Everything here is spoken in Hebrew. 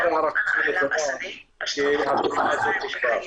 וכנראה הערכה נכונה - התופעה הזאת תגבר.